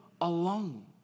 alone